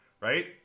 right